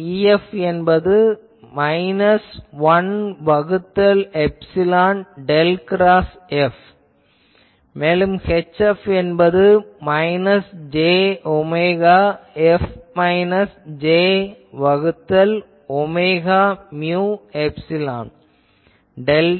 EF என்பது minus 1 வகுத்தல் epsilon del cross F மேலும் HF என்பது minus j omega F minus j வகுத்தல் ஒமேகா மியு எப்சிலான் டெல்